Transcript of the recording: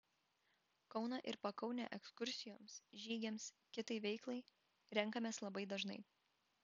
kauną ir pakaunę ekskursijoms žygiams kitai veiklai renkamės labai dažnai